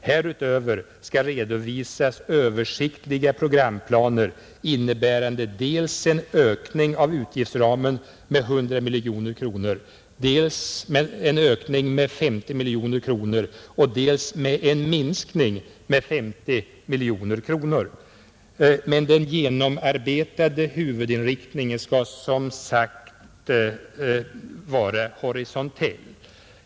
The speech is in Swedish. Härutöver skall redovisas översiktliga programplaner innebärande dels en ökning av utgiftsramen med 100 miljoner kronor, dels en ökning med 50 miljoner kronor och dels en minskning med 50 miljoner kronor. Men den genomarbetade huvudinriktningen skall, som sagt, vara horisontell.